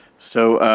so,